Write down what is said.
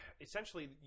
essentially